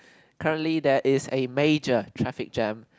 currently there is a major traffic jam